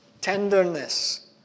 tenderness